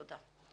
תודה.